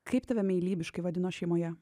kaip tave meilybiškai vadino šeimoje